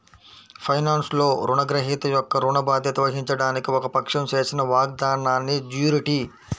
ఫైనాన్స్లో, రుణగ్రహీత యొక్క ఋణ బాధ్యత వహించడానికి ఒక పక్షం చేసిన వాగ్దానాన్నిజ్యూరిటీ